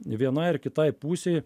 vienai ar kitai pusei